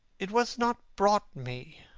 it was not brought me,